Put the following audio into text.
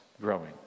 growing